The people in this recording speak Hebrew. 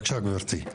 בבקשה, גבירתי.